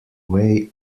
way